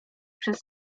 przez